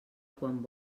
quan